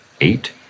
Eight